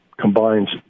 combines